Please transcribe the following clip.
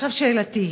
שאלתי היא: